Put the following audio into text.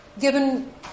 given